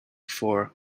for